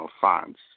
funds